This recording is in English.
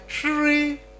three